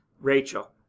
Rachel